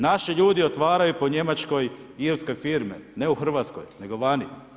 Naši ljudi otvaraju po Njemačkoj, Irskoj firme, ne u Hrvatskoj nego vani.